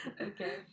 okay